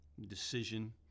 decision